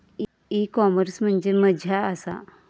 E commerce म्हणजे मझ्या आसा?